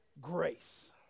grace